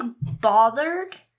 bothered